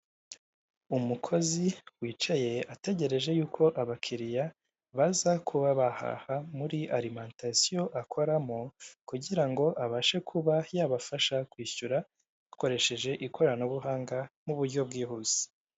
Umukozi wicaye ategereje yuko abakiriya baza kuba bahaha muri arimantasiyo akoramo kugirango abashe kuba yabafasha kwishyura bakoresheje ikoranabuhanga muburyo bwihuse.